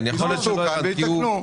יבדקו ויתקנו.